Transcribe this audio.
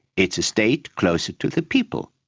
it's a state closer to the people.